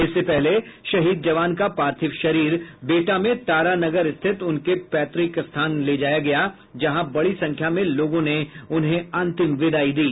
इससे पहले शहीद जवान का पार्थिव शरीर बिहटा में तारानगर स्थित उनके पैतृक घर ले जाया गया जहां बड़ी संख्या में लोगों ने उन्हें अंतिम विदाई दी